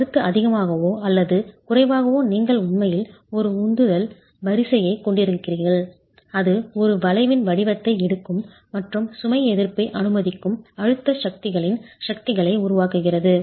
கருத்து அதிகமாகவோ அல்லது குறைவாகவோ நீங்கள் உண்மையில் ஒரு உந்துதல் வரிசையைக் கொண்டிருக்கிறீர்கள் அது ஒரு வளைவின் வடிவத்தை எடுக்கும் மற்றும் சுமை எதிர்ப்பை அனுமதிக்கும் அழுத்த சக்திகளின் சக்திகளை உருவாக்குகிறது